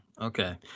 okay